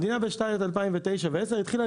בשנת 2009 ו-2010 המדינה פתאום התחילה